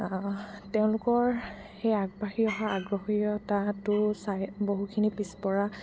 তেওঁলোকৰ সেই আগবাঢ়ি অহা আগ্ৰহীয়তাটো চাই বহুখিনি পিছপৰা